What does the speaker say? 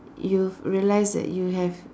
you've realize that you have